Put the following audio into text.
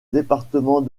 département